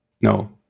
No